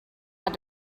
had